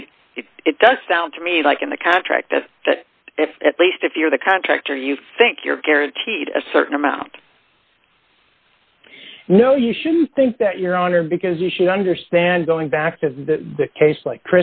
it it does sound to me like in the contract that if at least if you're the contractor you think you're guaranteed a certain amount no you shouldn't think that your honor because you should understand going back to the case like